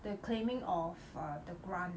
the claiming of the grant